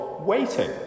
waiting